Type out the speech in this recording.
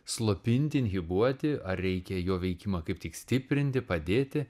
slopinti inhibuoti ar reikia jo veikimą kaip tik stiprinti padėti